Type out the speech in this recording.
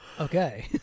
Okay